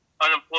unemployed